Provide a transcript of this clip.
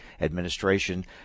administration